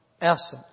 essence